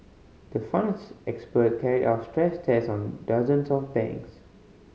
the Fund's experts carried out stress tests on dozens of banks